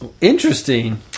Interesting